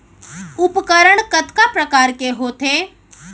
उपकरण कतका प्रकार के होथे?